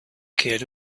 kid